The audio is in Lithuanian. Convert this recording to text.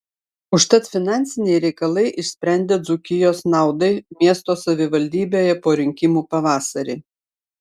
užtat finansiniai reikalai išsprendė dzūkijos naudai miesto savivaldybėje po rinkimų pavasarį